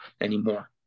anymore